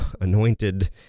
anointed